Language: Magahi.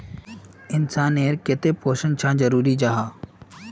इंसान नेर केते पोषण चाँ जरूरी जाहा?